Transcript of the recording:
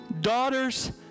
daughters